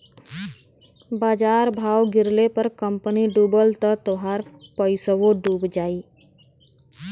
बाजार भाव गिरले पर कंपनी डूबल त तोहार पइसवो डूब जाई